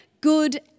good